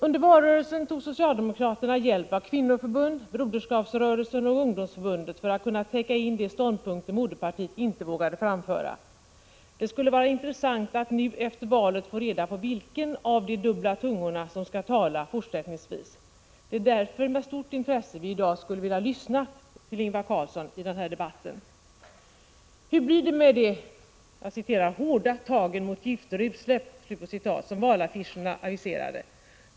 Under valrörelsen tog socialdemokraterna hjälp av Kvinnoförbundet, Broderskapsrörelsen och Ungdomsförbundet för att kunna täcka in de ståndpunkter moderpartiet inte vågade framföra. Det skulle vara intressant att nu efter valet få reda på vilken av de dubbla tungorna som skall tala fortsättningsvis. Det är därför med stort intresse vi i dag skulle vilja lyssna till Ingvar Carlsson i den här debatten. Hur blir det med de ”hårda tagen mot gifter och utsläpp” som valaffischerna aviserade?